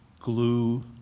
glue